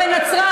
בנצרת.